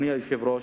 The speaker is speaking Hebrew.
אדוני היושב-ראש,